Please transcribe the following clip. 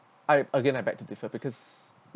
I again I beg to differ because